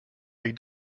avec